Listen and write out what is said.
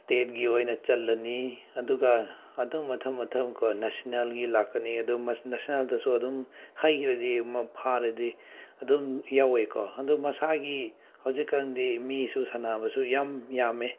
ꯏꯁꯇꯦꯠꯀꯤ ꯑꯣꯏꯅ ꯆꯠꯂꯅꯤ ꯑꯗꯨꯒ ꯑꯗꯨꯝ ꯃꯊꯪ ꯃꯊꯪꯀꯣ ꯅꯦꯁꯅꯦꯜꯒꯤ ꯂꯥꯛꯀꯅꯤ ꯑꯗꯨ ꯅꯦꯁꯅꯦꯜꯗꯁꯨ ꯑꯗꯨꯝ ꯍꯩꯒ꯭ꯔꯗꯤ ꯐꯥꯔꯗꯤ ꯑꯗꯨꯝ ꯌꯥꯎꯋꯦꯀꯣ ꯑꯗꯨ ꯃꯁꯥꯒꯤ ꯍꯧꯖꯤꯛ ꯀꯥꯟꯗꯤ ꯃꯤꯁꯨ ꯁꯥꯟꯅꯕꯁꯨ ꯌꯥꯝ ꯌꯥꯝꯃꯦ